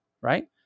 right